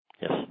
Yes